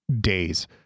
days